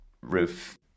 roof